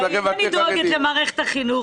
אני דואגת למערכת החינוך,